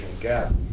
gap